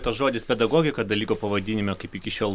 tas žodis pedagogika dalyko pavadinime kaip iki šiol